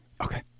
Okay